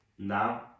now